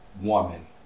woman